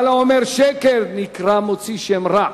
אבל האומר שקר, נקרא מוציא שם רע